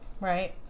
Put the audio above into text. Right